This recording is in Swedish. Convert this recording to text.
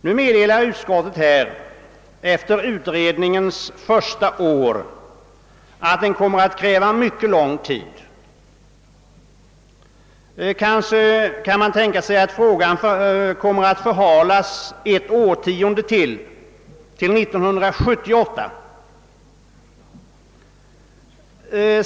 Nu meddelar utskottet efter utredningens första år att denna kommer att kräva mycket lång tid; kanske kan man tänka sig att frågan kommer att förhalas ytterligare ett årtionde till 1978.